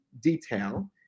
detail